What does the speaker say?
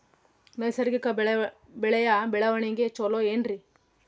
ನೈಸರ್ಗಿಕ ಬೆಳೆಯ ಬೆಳವಣಿಗೆ ಚೊಲೊ ಏನ್ರಿ?